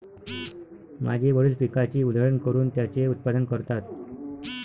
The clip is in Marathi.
माझे वडील पिकाची उधळण करून त्याचे उत्पादन करतात